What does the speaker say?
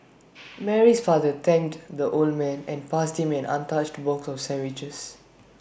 Mary's father thanked the old man and passed him an untouched box of sandwiches